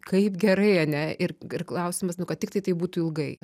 kaip gerai ane ir ir klausimas nu kad tiktai tai būtų ilgai